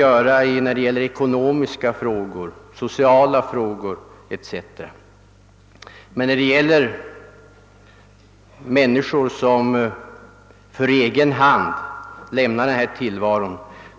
Det kan man göra beträffande ekonomiska, sociala och liknande frågor; inte när. det gäller människor som lämnar denna tillvaro för egen hand.